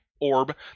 orb